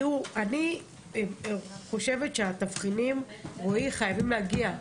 תראו, אני חושבת שהתבחינים, רועי, חייבים להגיע.